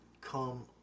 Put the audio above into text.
come